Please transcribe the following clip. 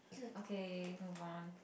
okay move on